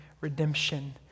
redemption